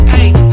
Hey